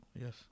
yes